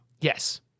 Yes